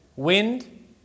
Wind